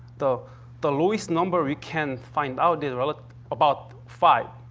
the the lowest number we can find out is rela about five.